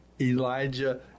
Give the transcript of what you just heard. Elijah